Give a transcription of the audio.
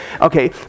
okay